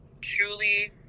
truly